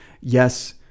yes